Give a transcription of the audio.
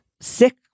sick